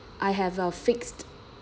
I have a fixed